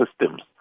systems